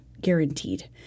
guaranteed